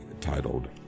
titled